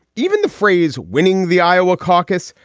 even the phrase winning the iowa caucus,